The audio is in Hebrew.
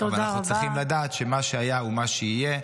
אבל אנחנו צריכים לדעת שמה שהיה מה הוא מה שיהיה,